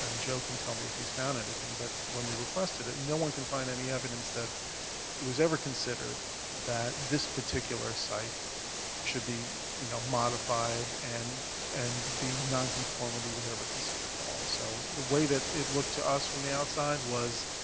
and joe can tell me if he's found anything, but when we requested it, no one could find any evidence that it was ever considered that this particular site should be, you know, modified and and the nonconformity was ever considered at all, so the way that it looked to us from the outside was